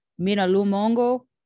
Minalumongo